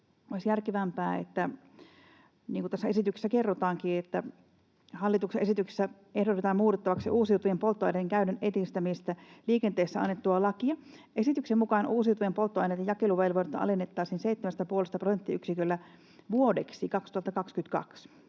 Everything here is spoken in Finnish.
vaihtoehtoa tähän. Niin kuin tässä esityksessä kerrotaankin, hallituksen esityksessä ehdotetaan muutettavaksi uusiutuvien polttoaineiden käytön edistämisestä liikenteessä annettua lakia. Esityksen mukaan uusiutuvien polttoaineiden jakeluvelvoitetta alennettaisiin 7,5 prosenttiyksiköllä vuodeksi 2022.